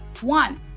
One